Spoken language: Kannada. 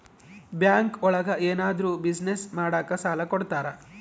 ಬ್ಯಾಂಕ್ ಒಳಗ ಏನಾದ್ರೂ ಬಿಸ್ನೆಸ್ ಮಾಡಾಕ ಸಾಲ ಕೊಡ್ತಾರ